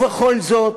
ובכל זאת,